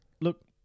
look